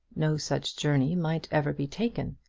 no such journey might ever be taken.